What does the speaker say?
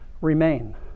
remain